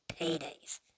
paydays